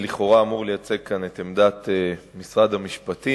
לכאורה, אני אמור לייצג כאן את עמדת משרד המשפטים.